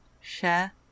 share